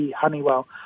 Honeywell